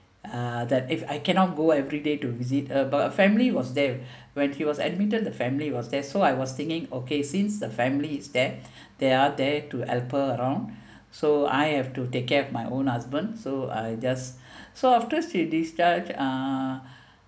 uh that if I cannot go everyday to visit about her but her family was there when he was admitted the family was there so I was thinking okay since the family is there they are there to help her around so I have to take care of my own husband so I just so after she discharge uh